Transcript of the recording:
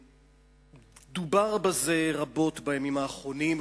דובר בזה רבות בימים האחרונים,